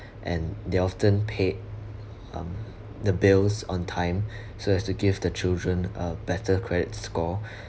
and they often paid um the bills on time so as to give the children uh better credit score